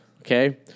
Okay